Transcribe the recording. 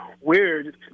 weird